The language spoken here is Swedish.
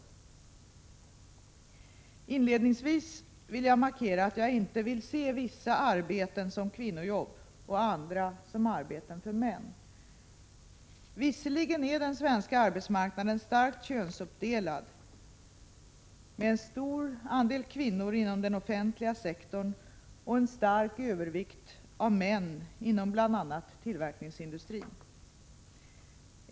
Inledningsvis vill jag markera att jag inte vill se vissa arbeten som kvinnojobb och andra som arbeten för män. Visserligen är den svenska arbetsmarknaden starkt könsuppdelad, med en stor andel kvinnor inom den offentliga sektorn och en stark övervikt av män inom bl.a. tillverkningsindustrin.